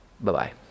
Bye-bye